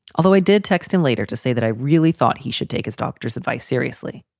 although i did text him later to say that i really thought he should take his doctor's advice seriously.